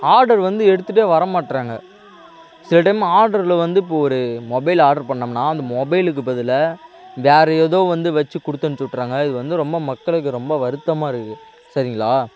order வந்து எடுத்துட்டே வர மாட்றாங்க சில டைம் ஆர்டரில் வந்து இப்போ ஒரு மொபைல் ஆர்டர் பண்ணோம்னா அந்த மொபைலுக்கு பதிலாக வேறு ஏதோ வந்து வெச்சு கொடுத்து அனுப்ச்சி விட்டுர்றாங்க இது வந்து ரொம்ப மக்களுக்கு ரொம்ப வருத்தமாக இருக்குது சரிங்களா